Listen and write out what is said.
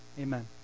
Amen